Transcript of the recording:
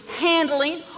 handling